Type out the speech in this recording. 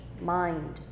mind